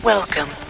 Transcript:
Welcome